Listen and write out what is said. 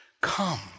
come